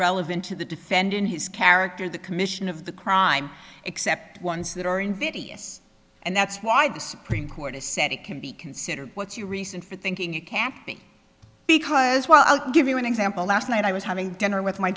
relevant to the defendant his character the commission of the crime except ones that are invidious and that's why the supreme court has said it can be considered what's your reason for thinking it can't be because well i'll give you an example last night i was having dinner with my